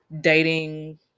dating